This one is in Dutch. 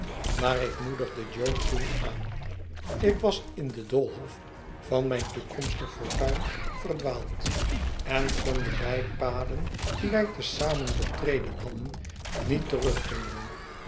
maar ik moedigde jo toen aan ik was in den doolhof van mijn toekomstig fortuin verdwaaldi en kon de bijpaden die wij te zamen betreden hadden niet terugvinden